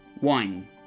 One